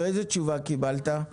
ואיזו תשובה קיבלת?